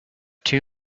two